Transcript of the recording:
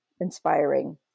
inspiring